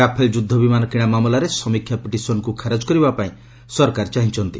Rafale ଯୁଦ୍ଧ ବିମାନ କିଣା ମାମଲାରେ ସମୀକ୍ଷା ପିଟିସନ୍କୁ ଖାରଜ କରିବା ପାଇଁ ସରକାର ଚାହିଁଛନ୍ତି